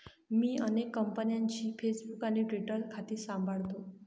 मी अनेक कंपन्यांची फेसबुक आणि ट्विटर खाती सांभाळतो